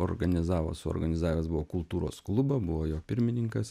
organizavo suorganizavęs buvo kultūros klubą buvo jo pirmininkas